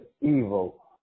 evil